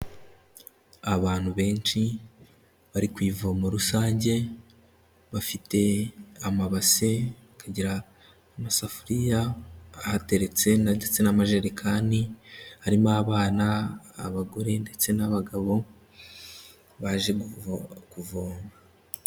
Abantu benshi bari ku ivomo rusange, bafite amabase, bakagira amasafuriya ahateretse na ndetse n'amajerekani, harimo abana, abagore ndetse n'abagabo baje kuvoma.